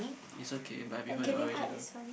is okay but I prefer the original